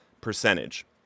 percentage